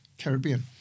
Caribbean